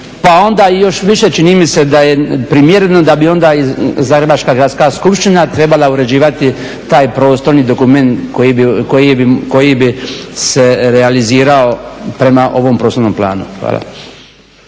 pa onda i još više čini mi se da je primjereno da bi onda i Zagrebačka gradska skupština trebala uređivati taj prostorni dokument koji bi se realizirao prema ovom prostornom planu. Hvala.